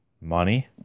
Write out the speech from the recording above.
Money